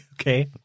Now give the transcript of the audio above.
Okay